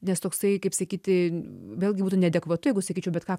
nes toksai kaip sakyti vėlgi būtų neadekvatu jeigu sakyčiau bet ką